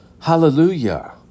Hallelujah